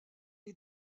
est